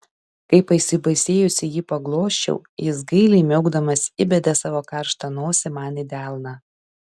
kai pasibaisėjusi jį paglosčiau jis gailiai miaukdamas įbedė savo karštą nosį man į delną